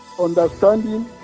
understanding